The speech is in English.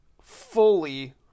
fully